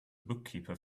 bookkeeper